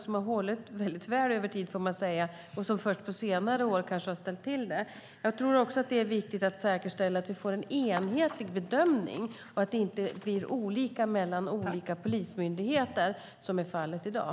Det har hållit väl över tid och har först på senare år ställt till det. Jag tror också att det är viktigt att säkerställa att vi får en enhetlig bedömning så att det inte blir olika mellan olika polismyndigheter, vilket är fallet i dag.